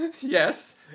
Yes